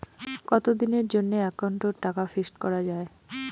কতদিনের জন্যে একাউন্ট ওত টাকা ফিক্সড করা যায়?